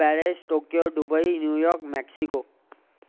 Paris Tokyo Dubai New York Mexico